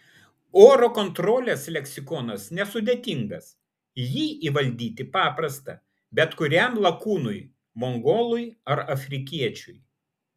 oro kontrolės leksikonas nesudėtingas jį įvaldyti paprasta bet kuriam lakūnui mongolui ar afrikiečiui